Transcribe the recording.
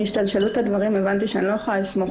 מהשתלשלות הדברים הבנתי שאני לא יכולה לסמוך